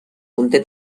conté